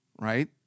right